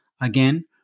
Again